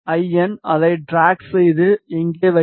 என் அதை ட்ராக் செய்து இங்கே வைக்கவும்